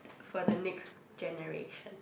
for the next generation